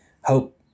hope